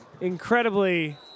incredibly